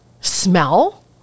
smell